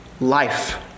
life